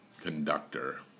conductor